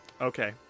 Okay